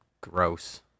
gross